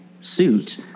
suit